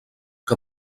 que